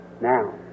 Now